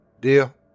Deal